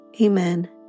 Amen